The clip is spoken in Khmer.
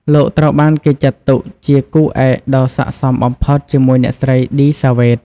លោកត្រូវបានគេចាត់ទុកជាគូឯកដ៏ស័ក្តិសមបំផុតជាមួយអ្នកស្រី ឌី សាវ៉េត។